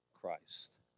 Christ